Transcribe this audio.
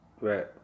Right